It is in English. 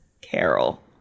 Carol